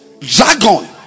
Dragon